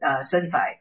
certified